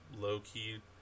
low-key